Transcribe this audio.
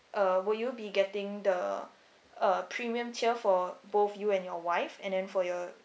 uh will you be getting the uh premium tier for both you and your wife and then for your